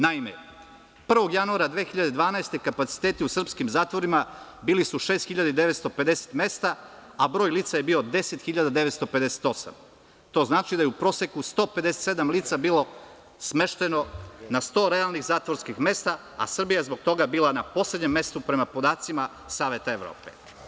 Naime, 1. januara 2012. godine kapaciteti u srpskim zatvorima bili su 6.950 mesta, a broj lica je bio 10.958, to znači da je u proseku 157 lica bilo smešteno na 100 realnih zatvorskih mesta, a Srbija zbog toga bila na poslednjem mestu prema podacima Saveta Evrope.